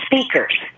speakers